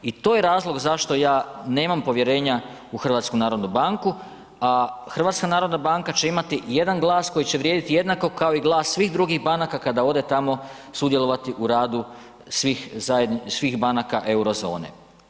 I to je razlog zašto ja nemam povjerenja u HNB, a HNB će imati jedan glas koji je vrijediti jednako kao i glas svih drugih banaka kada ode tamo sudjelovati u radu svih banaka euro zone.